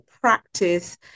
practice